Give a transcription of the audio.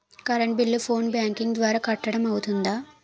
Current bill phone banking ద్వారా కట్టడం అవ్తుందా?